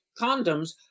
condoms